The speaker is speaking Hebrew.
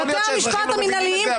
יכול להיות שהאזרחים לא מבינים את זה,